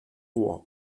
roi